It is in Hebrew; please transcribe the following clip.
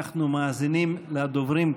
אנחנו מאזינים לדוברים כרגע.